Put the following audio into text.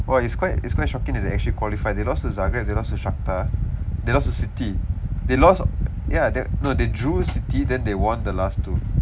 !wah! it's quite it's quite shocking that they actually qualify they lost to they lost to shaktah they lost to city they lost ya their no they drew city that they won the last two